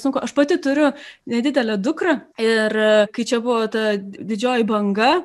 sunku aš pati turiu nedidelę dukrą ir kai čia buvo ta didžioji banga